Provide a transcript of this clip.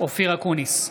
אופיר אקוניס,